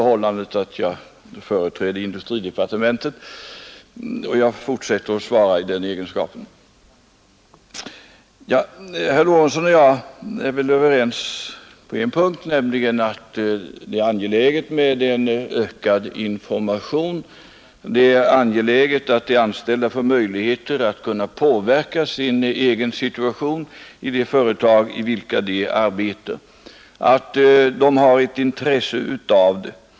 Herr Lorentzon och jag är väl överens på en punkt, nämligen att det är angeläget med ökad information, att det är angeläget att de anställda får möjlighet att påverka sin egen situation i de företag där de arbetar och att de har ett intresse av det.